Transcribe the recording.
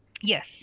yes